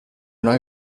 una